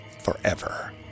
forever